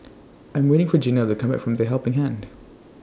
I'm waiting For Janell to Come Back from The Helping Hand